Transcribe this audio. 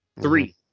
Three